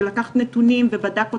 שלקח נתונים ובדק אותם.